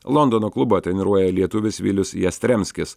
londono klubą treniruoja lietuvis vilius jastremskis